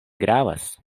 gravas